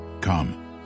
Come